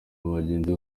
bagenzi